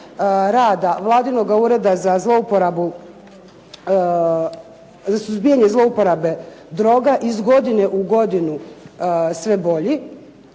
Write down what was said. rada Vladinoga ureda za suzbijanje zlouporabe droga iz godine u godinu sve bolji,